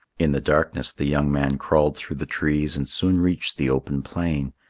in the darkness the young man crawled through the trees and soon reached the open plain.